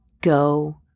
go